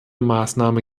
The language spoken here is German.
maßnahme